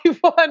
one